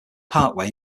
parkway